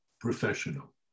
professional